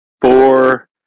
four